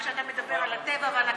כשאתה מדבר על הטבע ועל הקנאביס,